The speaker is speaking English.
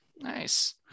nice